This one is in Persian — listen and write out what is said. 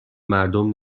مردم